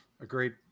Agreed